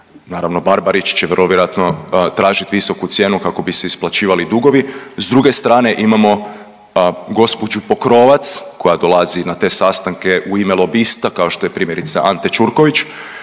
naravno Barbarić će vrlo vjerojatno tražit visoku cijenu kako bi se isplaćivali dugovi, s druge strane imamo gospođu Pokrovac koja dolazi na te sastanke u ime lobista kao što je primjerice Ante Ćurković